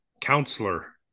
counselor